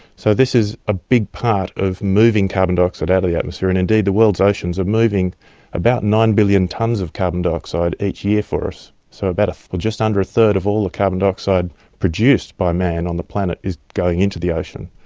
so this is a big part of moving carbon dioxide out of the atmosphere, and indeed the world's oceans are moving about nine billion tonnes of carbon dioxide each year for us, so but just under a third of all the carbon dioxide produced by man on the planet is going into the ocean.